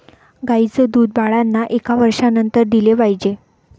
गाईचं दूध बाळांना एका वर्षानंतर दिले पाहिजे